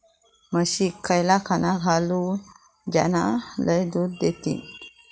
म्हशीक खयला खाणा घालू ज्याना लय दूध देतीत?